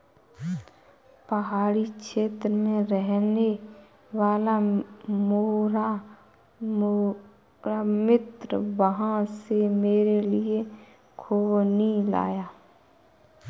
पहाड़ी क्षेत्र में रहने वाला मेरा मित्र वहां से मेरे लिए खूबानी लाया